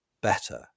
better